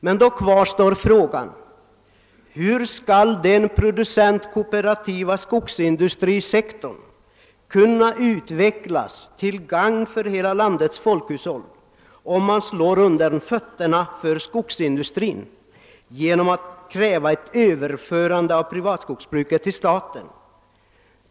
Men då kvarstår frågan: Hur skall den producentkooperativa skogsindustrisektorn kunna utvecklas till gagn för hela landets folkhushåll, om man slår undan fötterna för skogsindustrin genom att kräva ett överförande av privatskogsbruket till staten?